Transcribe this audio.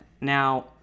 Now